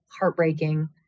heartbreaking